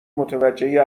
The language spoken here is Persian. متوجه